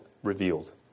revealed